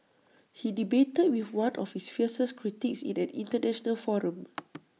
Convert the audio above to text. he debated with one of his fiercest critics in an International forum